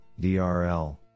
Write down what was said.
DRL